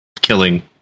killing